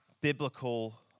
biblical